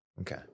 Okay